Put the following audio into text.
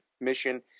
mission